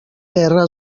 guerra